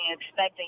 expecting